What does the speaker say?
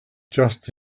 just